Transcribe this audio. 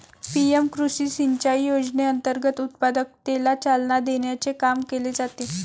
PM Krishi Sinchai योजनेअंतर्गत उत्पादकतेला चालना देण्याचे काम केले जाते